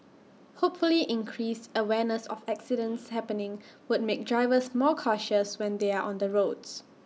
hopefully increased awareness of accidents happening would make drivers more cautious when they are on the roads